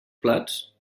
plats